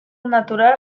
natural